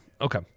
Okay